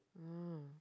ah